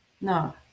No